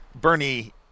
Bernie